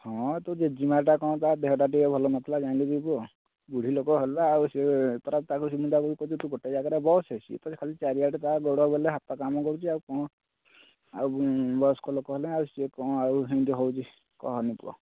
ହଁ ତୋ ଜେଜେ ମା' କ'ଣ ତା ଦେହଟା ଟିକିଏ ଭଲ ନଥିଲା ଜାଣିଲୁ କି ପୁଅ ବୁଢ଼ି ଲୋକ ହେଲା ଆଉ ସେ ପରା ତାକୁ ସେମିତି ତାକୁ କହୁଛି ତୁ ଗୋଟେ ଜାଗାରେ ବସେ ସେ ଖାଲି ଚାରିଆଡେ ତା'ର ଗୋଡ ବୁଲେ ହାତ କାମ କରୁଛି ଆଉ କ'ଣ ଆଉ ବୟସ୍କ ଲୋକ ହେଲେଣି ସେ ଆଉ କ'ଣ ଆଉ ସେମିତି ହେଉଛି କୁହନି ପୁଅ